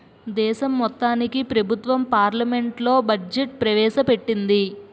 దేశం మొత్తానికి ప్రభుత్వం పార్లమెంట్లో బడ్జెట్ ప్రవేశ పెట్టింది